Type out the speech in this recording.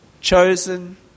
chosen